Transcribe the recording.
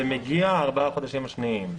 ומגיע ארבעה החודשים השניים.